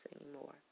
anymore